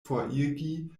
forigi